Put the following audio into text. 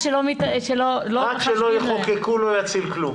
מה שלא יחוקקו לא יציל כלום.